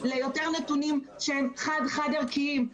על יותר נתונים שהם חד-חד ערכיים.